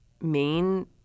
main